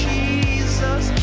Jesus